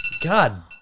God